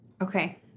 Okay